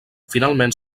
finalment